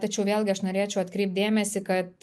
tačiau vėlgi aš norėčiau atkreipt dėmesį kad